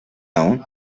aún